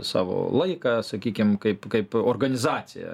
savo laiką sakykim kaip kaip organizacija